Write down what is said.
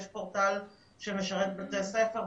יש פורטל שמשרת את בתי הספר,